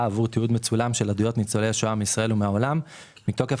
עבור תיעוד מצולם של עדויות ניצולי שואה מישראל ומהעולם מתוקף